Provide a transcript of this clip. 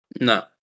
No